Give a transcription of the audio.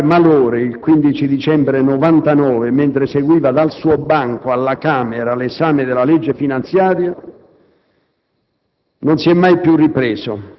Colpito da grave malore il 15 dicembre 1999 mentre seguiva, dal suo banco alla Camera, l'esame della legge finanziaria,